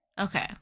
Okay